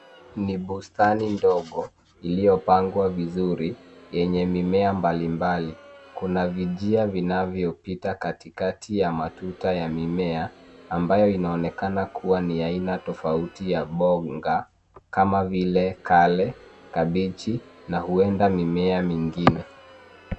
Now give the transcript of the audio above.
Ni bustani ndogo iliyopangwa vizuri yenye mimea mbalimbali. Kuna vijia vinavyopita katikati ya matuta ya mimea ambayo inaonekana kuwa ni ya aina tofauti ya mboga kama vile kale, kabichi na huenda mimea mingine.